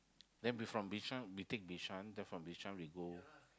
then we from Bishan we take Bishan then from Bishan we go